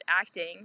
acting